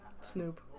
Snoop